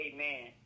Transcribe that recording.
Amen